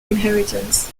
inheritance